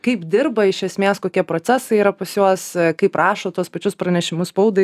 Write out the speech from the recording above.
kaip dirba iš esmės kokie procesai yra pas juos kaip rašo tuos pačius pranešimus spaudai